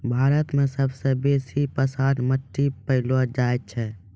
भारत मे सबसे बेसी भसाठ मट्टी पैलो जाय छै